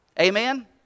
Amen